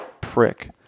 prick